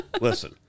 listen